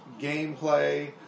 gameplay